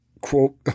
quote